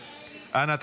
אנא,